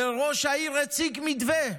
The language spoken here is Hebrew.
וראש העיר הציג מתווה,